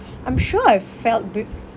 I'm sure I felt